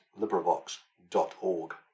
LibriVox.org